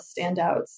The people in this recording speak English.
standouts